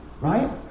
right